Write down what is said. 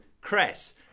cress